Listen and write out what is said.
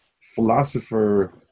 philosopher